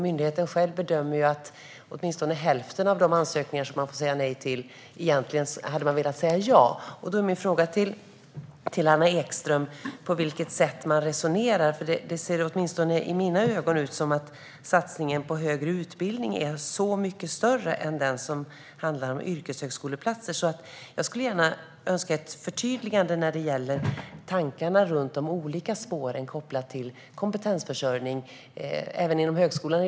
Myndigheten själv bedömer att man hade velat säga ja när det gäller åtminstone hälften av de ansökningar där man får säga nej. Min fråga till Anna Ekström är: På vilket sätt resonerar man? Åtminstone i mina ögon ser det ut som att satsningen på högre utbildning är mycket större än den på yrkeshögskoleplatser. Jag skulle gärna vilja ha ett förtydligande när det gäller tankarna runt de olika spåren kopplat till kompetensförsörjning.